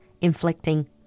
inflicting